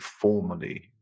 formally